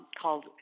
called